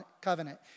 covenant